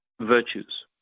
virtues